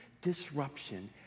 disruption